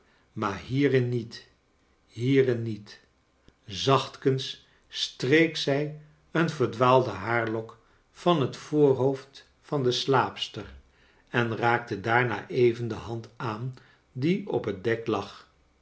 maar hierin niet hieri in niet i zachtkens streek zij een verdwaalden haarlok van het voorhoofd van de slaapster en raakte daarna even de hand aan die op het dek lag